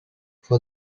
for